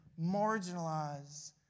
marginalize